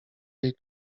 jej